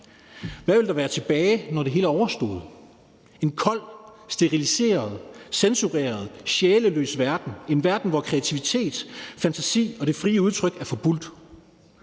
Hvad vil der være tilbage, når det hele er overstået? En kold, steriliseret, censureret, sjælløs verden; en verden, hvor kreativitet, fantasi og det frie udtryk er forbudt,